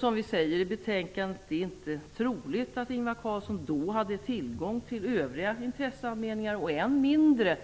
Som vi säger i betänkandet är det inte troligt att Ingvar Carlsson då hade tillgång till övriga intresseanmälningar, än mindre